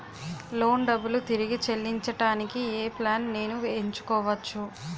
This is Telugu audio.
లోన్ డబ్బులు తిరిగి చెల్లించటానికి ఏ ప్లాన్ నేను ఎంచుకోవచ్చు?